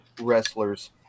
wrestlers